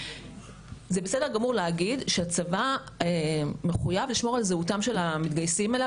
זה בסדר גמור להגיד שצבא מחויב לשמור על זהותם של המתגייסים אליו